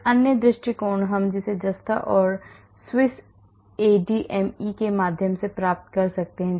एक अन्य दृष्टिकोण हम इसे जस्ता और स्विस एडीएमई के माध्यम से प्राप्त कर सकते हैं